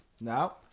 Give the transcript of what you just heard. now